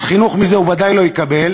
אז חינוך מזה הוא בוודאי לא יקבל,